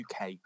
UK